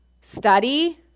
study